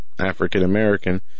African-American